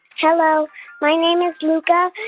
hello my name is luca.